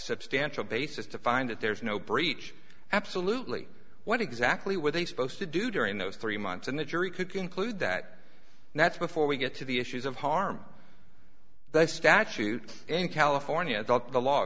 substantial basis to find that there's no breach absolutely what exactly were they supposed to do during those three months and the jury could conclude that and that's before we get to the issues of harm the statute in california dealt the law